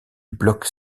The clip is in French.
bloque